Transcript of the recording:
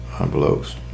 envelopes